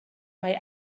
mae